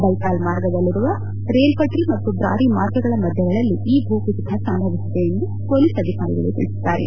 ಬಲ್ತಾಲ್ ಮಾರ್ಗದಲ್ಲಿರುವ ರೇಲ್ಪಟ್ರ ಮತ್ತು ಬ್ರಾರಿ ಮಾರ್ಗಗಳ ಮಧ್ಯಗಳಲ್ಲಿ ಈ ಭೂಕುಸಿತ ಸಂಭವಿಸಿದೆ ಎಂದು ಹೊಲೀಸ್ ಅಧಿಕಾರಿಗಳು ತಿಳಿಸಿದ್ದಾರೆ